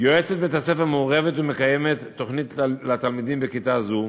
יועצת בית-הספר מעורבת ומקיימת תוכנית לתלמידים בכיתה זו,